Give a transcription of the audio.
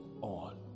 on